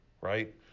right